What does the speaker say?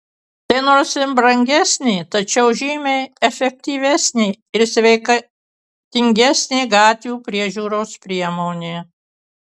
tai nors ir brangesnė tačiau žymiai efektyvesnė ir sveikatingesnė gatvių priežiūros priemonė